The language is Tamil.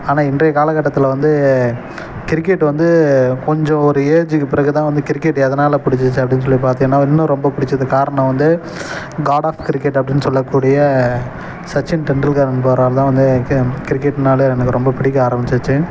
ஆனால் இன்றைய காலக்கட்டத்தில் வந்து கிரிக்கெட்டு வந்து கொஞ்சம் ஒரு ஏஜுக்குப் பிறகு தான் வந்து கிரிக்கெட்டு எதனால் பிடிச்சிச்சி அப்படின்னு சொல்லி பாத்தீங்கன்னா இன்னும் ரொம்ப பிடிச்சதுக்கு காரணம் வந்து காட் ஆஃப் கிரிக்கெட் அப்படின்னு சொல்லக்கூடிய சச்சின் டெண்டுல்கர் என்பவரால் தான் வந்து கி கிரிக்கெட்னாலே எனக்கு ரொம்ப பிடிக்க ஆரமிச்சித்து